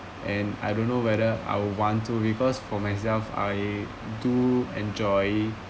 and I don't know whether I would want to because for myself I do enjoy